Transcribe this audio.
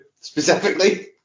specifically